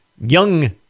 young